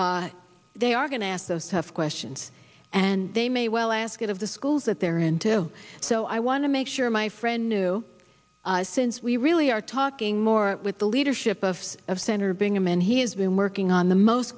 they are going to ask those tough questions and they may well ask it of the schools that they're into so i want to make sure my friend knew since we really are talking more with the leadership of of senator bingaman he has been working on the most